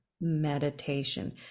meditation